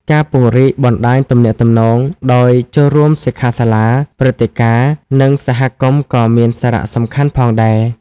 ការ ពង្រីកបណ្តាញទំនាក់ទំនង ដោយចូលរួមសិក្ខាសាលា ព្រឹត្តិការណ៍ និងសហគមន៍ក៏មានសារៈសំខាន់ផងដែរ។